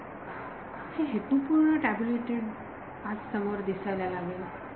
विद्यार्थी हे हेतू पूर्ण टॅब्युलेटेड आता समोर दिसायला लागेल